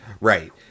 Right